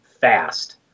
fast